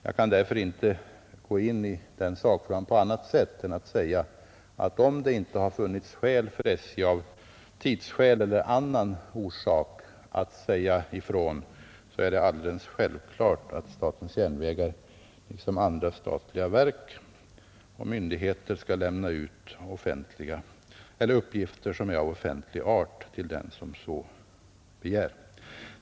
Jag kan därför inte gå in i sakfrågan på annat sätt än säga att om det inte funnits skäl för SJ, t.ex. tidsskäl, att vägra, så är det alldeles självklart att statens järnvägar liksom andra statliga verk och myndigheter skall lämna ut uppgifter som är av offentlig art till den som så begär.